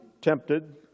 tempted